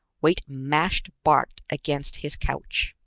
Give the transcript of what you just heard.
weight mashed bart against his couch.